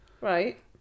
Right